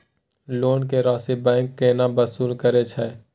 Loan के राशि bank केना वसूल करे छै?